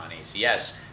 ACS